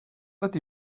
let